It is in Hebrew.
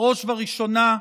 בראש ובראשונה,